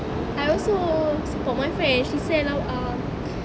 I also support my friend she sell apa um